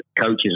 coaches